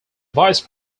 vice